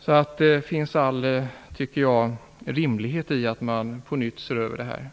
Jag tycker att det är rimligt att man ser över detta på nytt.